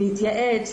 להתייעץ,